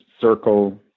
circle